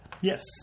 Yes